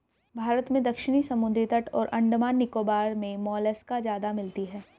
भारत में दक्षिणी समुद्री तट और अंडमान निकोबार मे मोलस्का ज्यादा मिलती है